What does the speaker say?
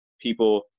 people